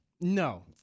No